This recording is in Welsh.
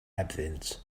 hebddynt